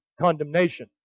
condemnation